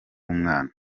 umwana